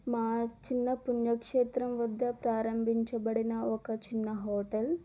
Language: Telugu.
మా చిన్న పుణ్యక్షేత్రంవద్ద ప్రారంభించబడిన ఒక చిన్న హోటల్